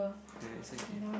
then it's okay